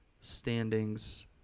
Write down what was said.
standings